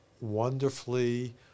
wonderfully